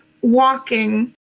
walking